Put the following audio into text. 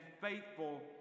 faithful